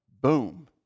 boom